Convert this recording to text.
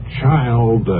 child